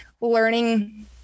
learning